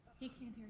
he can't hear